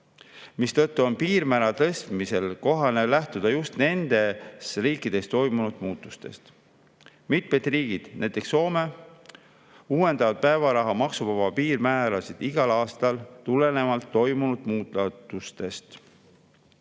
mistõttu on piirmäära tõstmisel kohane lähtuda just nendes riikides toimunud muutustest. Mitmed riigid, näiteks Soome, uuendavad päevaraha maksuvabu piirmäärasid igal aastal tulenevalt toimunud